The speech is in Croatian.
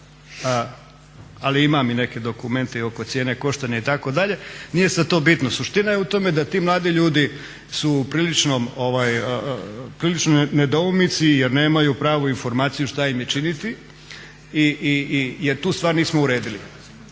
ali imam i neke dokumente i oko cijene koštanja itd. nije sada to bitno. Suština je u tome da ti mladi ljudi su prilično u nedoumici jer nemaju pravo informaciju što moraju raditi jer tu stvar nismo uredili.